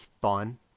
fun